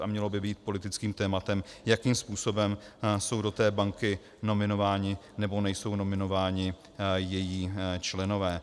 A mělo by být politickým tématem, jakým způsobem jsou do té banky nominováni nebo nejsou nominováni její členové.